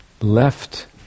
left